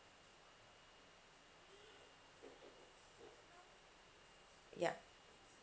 ya